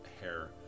hair